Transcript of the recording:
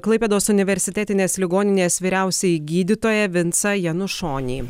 klaipėdos universitetinės ligoninės vyriausiąjį gydytoją vincą janušonį